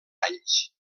anys